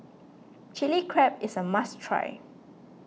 Chili Crab is a must try